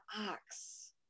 ox